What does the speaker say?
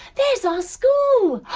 there's our school.